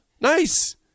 nice